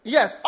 Yes